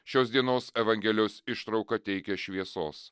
šios dienos evangelijos ištrauka teikia šviesos